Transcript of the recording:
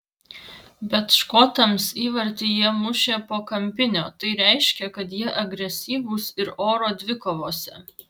bet škotams įvartį jie mušė po kampinio tai reiškia kad jie agresyvūs ir oro dvikovose